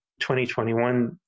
2021